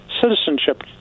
citizenship